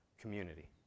Community